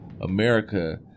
America